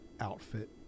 outfit